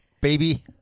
baby